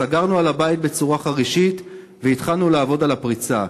סגרנו על הבית בצורה חרישית והתחלנו לעבוד על הפריצה.